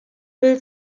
bild